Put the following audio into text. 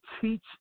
teach